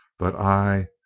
but i,